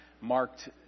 marked